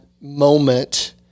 moment